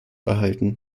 erhalten